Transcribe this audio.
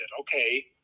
okay